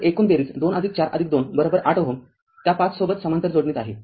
तर एकूण बेरीज २४२ ८ Ω त्या ५ सोबत समांतर जोडणीत आहे